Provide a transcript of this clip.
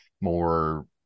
more